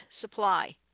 supply